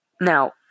Now